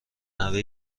نوه